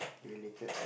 related